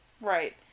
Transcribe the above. Right